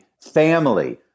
family